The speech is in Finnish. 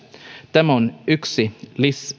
tämä on yksi